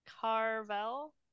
Carvel